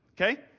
Okay